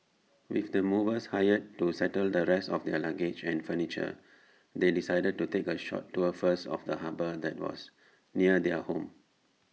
with the movers hired to settle the rest of their luggage and furniture they decided to take A short tour first of the harbour that was near their new home